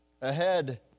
ahead